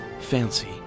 fancy